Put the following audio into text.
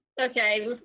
Okay